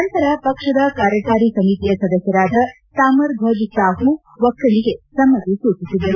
ನಂತರ ಪಕ್ಷದ ಕಾರ್ಯಕಾರಿ ಸಮಿತಿಯ ಸದಸ್ಯರಾದ ತಾಮರಧ್ವಜ ಸಾಹು ಒಕ್ಕಣಿಗೆ ಸಮ್ಮತಿ ಸೂಚಿಸಿದರು